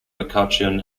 mccutcheon